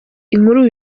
inkuru